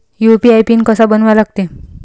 UPI pin कसा बनवा लागते?